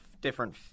different